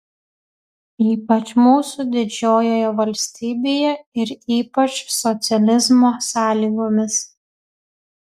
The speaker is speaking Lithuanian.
ypač mūsų didžiojoje valstybėje ir ypač socializmo sąlygomis